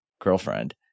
girlfriend